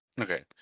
Okay